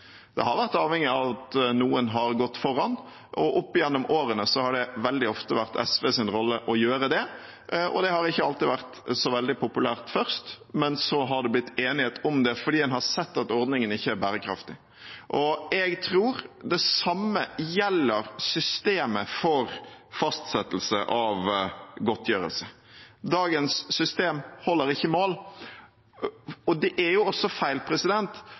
Det har vært avhengig av at noen har gått foran, og opp gjennom årene har det veldig ofte vært SVs rolle å gjøre det. Det har ikke alltid vært så veldig populært først, men så har det blitt enighet om det fordi en har sett at ordningene ikke er bærekraftige. Jeg tror det samme gjelder systemet for fastsettelse av godtgjørelse. Dagens system holder ikke mål. Det er også feil